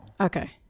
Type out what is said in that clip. Okay